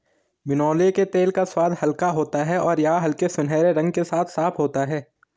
बिनौले के तेल का स्वाद हल्का होता है और यह हल्के सुनहरे रंग के साथ साफ होता है